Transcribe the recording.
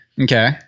Okay